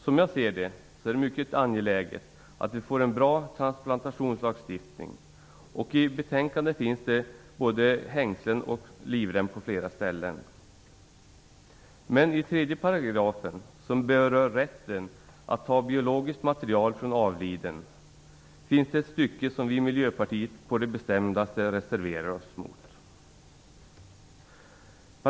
Som jag ser det är det mycket angeläget att vi får en bra transplantationslagstiftning, och i betänkandet finns det både hängslen och livrem på flera ställen. Men i 3 § som berör rätten att ta biologiskt material från avliden finns ett stycke som vi i Miljöpartiet å det bestämdaste reserverar oss mot.